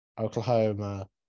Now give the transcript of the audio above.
Oklahoma